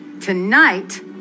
tonight